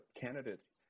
candidates